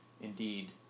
indeed